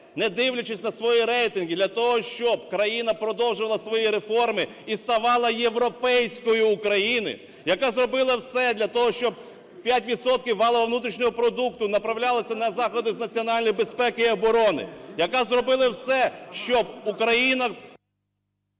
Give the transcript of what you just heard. не дивлячись на свої рейтинги, для того, щоб країна продовжувала свої реформи і ставала європейською Україною, яка зробила все для того, щоб 5 відсотків валового внутрішнього продукту направлялися на заходи з національної безпеки і оброни, яка зробила все, щоб Україна…